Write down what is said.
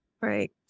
Right